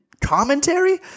commentary